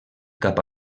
cap